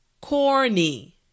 Corny